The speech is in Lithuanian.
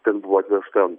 tan buvo atvežta